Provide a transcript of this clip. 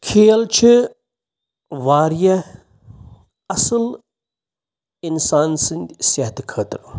کھیل چھِ واریاہ اَصٕل اِنسان سٕنٛدۍ صحتہٕ خٲطرٕ